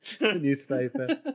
newspaper